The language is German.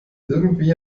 irgendwie